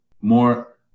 more